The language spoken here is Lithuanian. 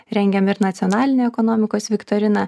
rengiam ir nacionalinę ekonomikos viktoriną